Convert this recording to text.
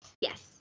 yes